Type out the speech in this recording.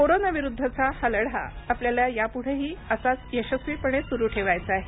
कोरोनाविरुद्धचा हा लढा आपल्याला यापुढेही असाच यशस्वीपणे सुरु ठेवायचा आहे